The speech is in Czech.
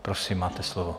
Prosím, máte slovo.